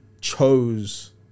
chose